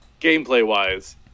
gameplay-wise